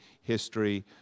history